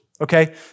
Okay